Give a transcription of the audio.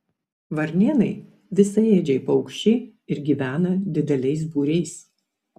varnėnai visaėdžiai paukščiai ir gyvena dideliais būriais